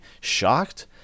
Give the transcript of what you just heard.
shocked